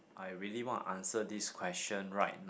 I really want to answer this question right